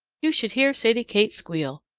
you should hear sadie kate squeal!